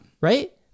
right